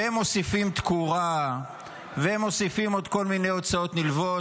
ומוסיפים תקורה ומוסיפים עוד כל מיני הוצאות נלוות,